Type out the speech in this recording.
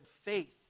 faith